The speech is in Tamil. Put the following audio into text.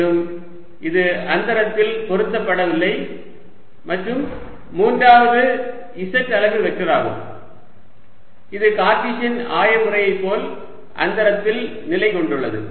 மேலும் இது அந்தரத்தில் பொருத்தப்படவில்லை மற்றும் 3 வது z அலகு வெக்டர் ஆகும் இது கார்ட்டீசியன் ஆய முறையை போல் அந்தரத்தில் நிலைகொண்டுள்ளது